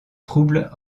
troubles